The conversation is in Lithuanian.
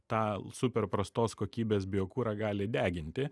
tą super prastos kokybės biokurą gali deginti